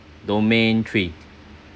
domain three